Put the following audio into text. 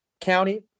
County